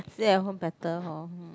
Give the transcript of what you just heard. sleep at home better hor